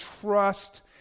trust